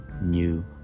new